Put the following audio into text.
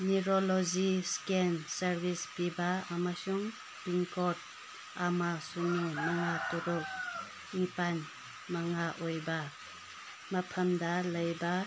neurology ꯏꯁꯀꯦꯟ service ꯄꯤꯕ ꯑꯃꯁꯨꯡ ꯄꯤꯟꯀꯣꯠ ꯑꯃ ꯁꯤꯅꯣ ꯃꯉꯥ ꯇꯔꯨꯛ ꯅꯤꯄꯥꯜ ꯃꯉꯥ ꯑꯣꯏꯕ ꯃꯐꯝꯗ ꯂꯩꯕ